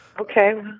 okay